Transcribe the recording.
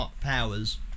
powers